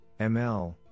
ML